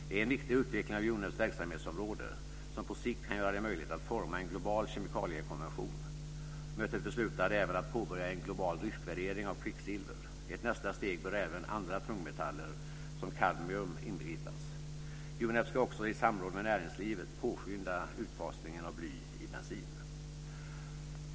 Det är en viktig utveckling av UNEP:s verksamhetsområde som på sikt kan göra det möjligt att forma en global kemikaliekonvention. Mötet beslutade även att påbörja en global riskvärdering av kvicksilver. I ett nästa steg bör även andra tungmetaller såsom kadmium inbegripas. UNEP ska också i samråd med näringslivet påskynda utfasningen av bly i bensin.